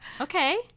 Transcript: Okay